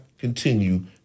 continue